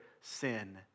sin